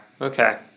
okay